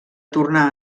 tornar